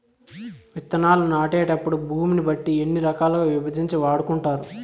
విత్తనాలు నాటేటప్పుడు భూమిని బట్టి ఎన్ని రకాలుగా విభజించి వాడుకుంటారు?